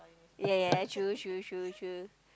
ya ya true true true true